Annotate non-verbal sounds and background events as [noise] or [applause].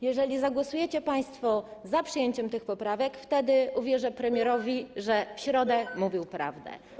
Jeżeli zagłosujecie państwo za przyjęciem tych poprawek, wtedy uwierzę premierowi, [noise] że w środę mówił prawdę.